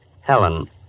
Helen